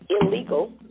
illegal